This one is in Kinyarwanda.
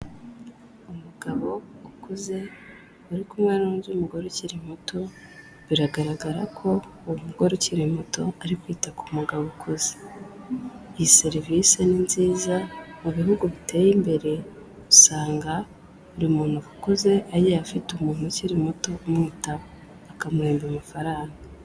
Umugabo ukuze, uri kumwe n'undi mugore ukiri muto, biragaragara ko uwo mugore ukiri muto ari kwita ku mugabo ukuze. Iyi serivisi ni nziza mu bihugu biteye imbere, usanga buri muntu ukuze agiye afite umuntu ukiri muto umwitaho. Akamuhemba amafaranga.